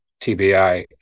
TBI